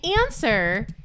answer